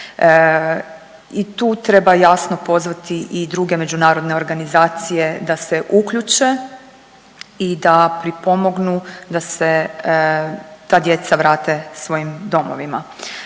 I tu treba jasno pozvati i druge međunarodne organizacije da se uključe i da pripomognu da se ta djeca vrate svojim domovima.